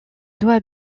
doit